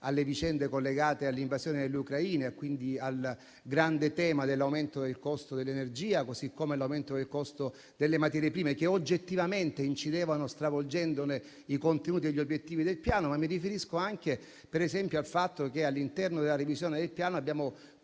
alle vicende collegate all'invasione dell'Ucraina), quindi al grande tema dell'aumento del costo dell'energia, così come all'aumento del costo delle materie prime, che oggettivamente incidevano stravolgendo i contenuti e gli obiettivi del Piano. Mi riferisco anche, ad esempio, al fatto che all'interno della revisione del Piano abbiamo